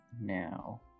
now